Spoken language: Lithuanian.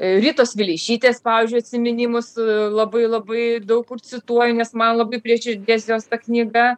ritos vileišytės pavyzdžiui atsiminimus labai labai daug kur cituoju nes man labai prie širdies jos ta knyga